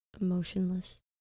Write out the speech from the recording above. emotionless